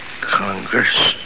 Congress